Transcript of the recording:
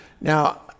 Now